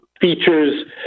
features